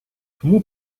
тому